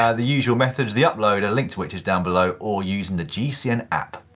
ah the usual method is the upload, a link to which is down below, or using the gcn app.